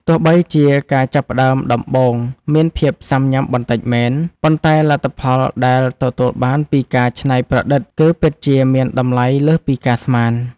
ទោះបីជាការចាប់ផ្តើមដំបូងមានភាពស៊ាំញ៉ាំបន្តិចមែន ប៉ុន្តែលទ្ធផលដែលទទួលបានពីការច្នៃប្រឌិតគឺពិតជាមានតម្លៃលើសពីការស្មាន។